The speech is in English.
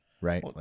right